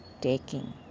taking